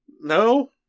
No